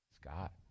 scott